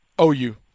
OU